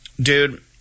Dude